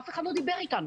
אף אחד לא דיבר איתנו,